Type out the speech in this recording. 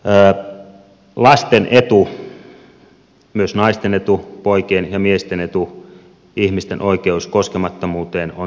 lasten etu myös naisten etu poikien ja miesten etu ihmisten oikeus koskemattomuuteen on tärkeintä